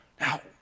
Now